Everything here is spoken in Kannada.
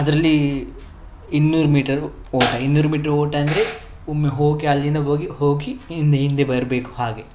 ಅದ್ರಲ್ಲಿ ಇನ್ನೂರು ಮೀಟರ್ ಓಟ ಇನ್ನೂರ್ ಮೀಟರ್ ಓಟ ಅಂದರೆ ಒಮ್ಮೆ ಹೋಗಿ ಅಲ್ಲಿಂದ ಹೋಗಿ ಹೋಗಿ ಹಿಂದೆ ಹಿಂದೆ ಬರಬೇಕು ಹಾಗೆ